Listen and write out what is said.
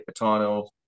Patano